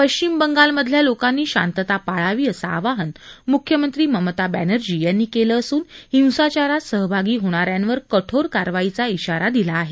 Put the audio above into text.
पश्चिम बंगाल मधल्या लोकांनी शांतता पाळावी असं आवाहन मुख्यमंत्री ममता बॅनर्जी यांनी केलं असून हिंसाचारात सहभागी होणा यांवर कठोर कारवाईचा धाारा दिला आहे